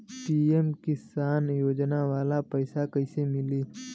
PM Kisan योजना वाला पैसा कईसे मिली?